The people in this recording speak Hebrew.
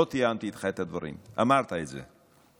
לא תיאמתי איתך את הדברים, אמרת את זה.